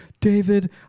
David